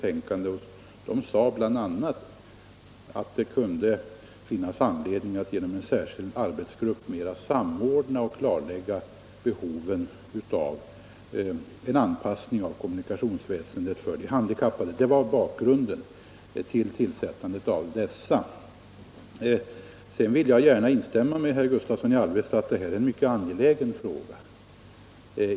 Där sades bl.a. att det kunde finnas anledning att genom en särskild arbetsgrupp mera samordna och klarlägga behoven av en anpassning av kommunikationsväsendet för de handikappade. Det var bakgrunden till tillsättandet av den nu pågående utredningen. Jag vill gärna instämma med herr Gustavsson i Alvesta när han säger att detta är en mycket angelägen fråga.